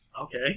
Okay